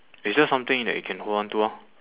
it's just something that you can hold on to lor